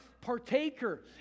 partaker